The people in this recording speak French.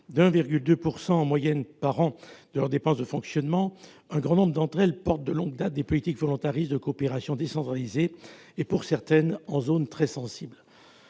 de 1,2 % en moyenne par an de leurs dépenses de fonctionnement, nombreuses sont celles qui portent de longue date des politiques volontaristes de coopération décentralisée, et pour certaines en zones très sensibles.